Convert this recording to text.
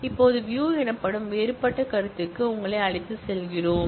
இப்போது வியூ எனப்படும் வேறுபட்ட கருத்துக்கு உங்களை அழைத்துச் செல்கிறோம்